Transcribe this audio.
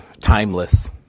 timeless